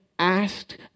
asked